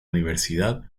universidad